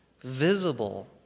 visible